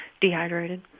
dehydrated